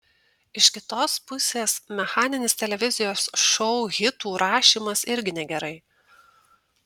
iš kitos pusės mechaninis televizijos šou hitų rašymas irgi negerai